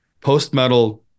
post-metal